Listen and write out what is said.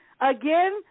Again